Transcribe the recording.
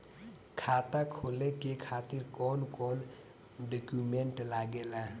खाता खोले के खातिर कौन कौन डॉक्यूमेंट लागेला?